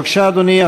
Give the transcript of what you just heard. בבקשה, אדוני.